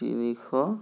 তিনিশ